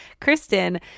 Kristen